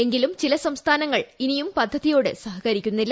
എങ്കിലും ചില സംസ്ഥാനങ്ങൾ ഇനിയും പദ്ധതിയോട് സഹകരിക്കുന്നില്ല